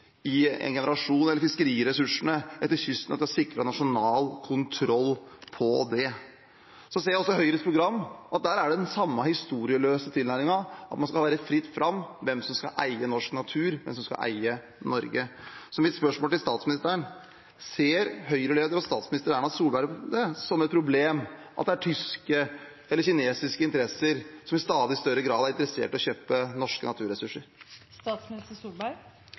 i en generasjon. Og en har sikret nasjonal kontroll over fiskeriressursene langsetter kysten. Jeg ser i Høyres program at der er det den samme historieløse tilnærmingen – det skal være fritt fram hvem som skal eie norsk natur, hvem som skal eie Norge. Så mitt spørsmål til statsministeren er: Ser Høyre-leder og statsminister Erna Solberg det som et problem at det er tyske eller kinesiske interesser som i stadig større grad er interessert i å kjøpe norske